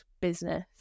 business